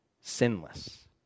sinless